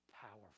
powerful